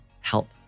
help